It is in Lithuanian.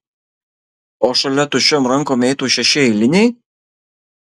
o šalia tuščiom rankom eitų šeši eiliniai